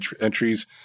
entries